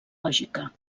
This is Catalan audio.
lògica